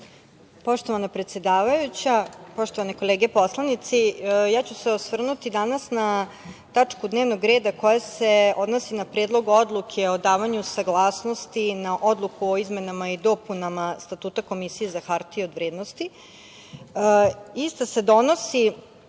vam. Poštovana predsedavajuća, poštovane kolege poslanici, ja ću se osvrnuti danas na tačku dnevnog reda koja se odnosi na predlog odluke o davanju saglasnosti na odluku o izmenama i dopunama Statuta Komisije za hartije od vrednosti. Ista